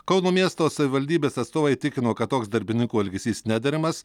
kauno miesto savivaldybės atstovai tikino kad toks darbininkų elgesys nederamas